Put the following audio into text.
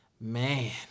Man